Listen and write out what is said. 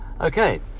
Okay